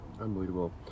Unbelievable